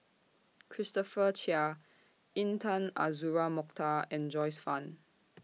Christopher Chia Intan Azura Mokhtar and Joyce fan